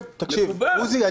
עוזי,